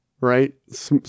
right